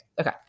Okay